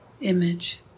image